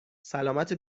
سلامت